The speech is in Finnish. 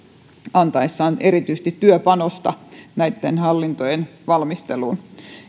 antaessaan erityisesti työpanosta näitten hallintojen valmisteluun